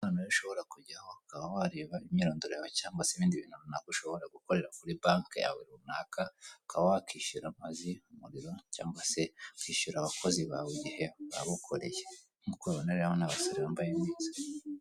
Ushobora kujyaho ukaba wareba imyirondoro yawe cyangwa se ibindi bintu runaka ushobora gukorera kuri banki yawe runaka uka wakishyura amazi, umuriro cyangwa se kwishyura abakozi bawe igihe bagukoreye nk'uko ubibona rero n'abasore bambaye.